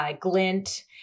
Glint